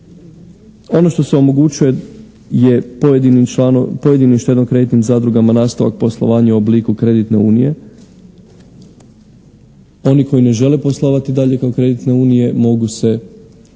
Ono što se omogućuje je pojedinim štedno-kreditnim zadrugama nastavak poslovanja u obliku kreditne unije. Oni koji ne žele poslovati dalje kao kreditne unije mogu se ili